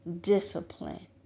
discipline